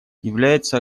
является